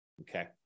okay